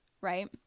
right